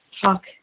talk